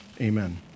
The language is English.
amen